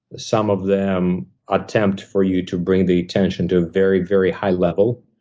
some of them attempt for you to bring the attention to very, very high level.